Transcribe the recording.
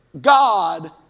God